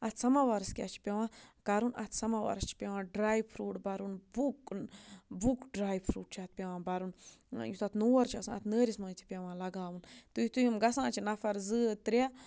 اَتھ سَمَوارَس کیٛاہ چھِ پٮ۪وان کَرُن اَتھ سَمَوارَس چھُ پٮ۪وان ڈرٛاے فرٛوٗٹ بَرُن بُک بُک ڈرٛاے فرٛوٗٹ چھُ اَتھ پٮ۪وان بَرُن یُس اَتھ نور چھُ آسان اتھ نٲرِس مَنٛز تہِ پٮ۪وان لَگاوُن تہٕ یُِتھُے یِم گَژھان چھِ نَفر زٕ ترٛےٚ